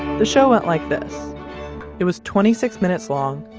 the show went like this it was twenty six minutes long,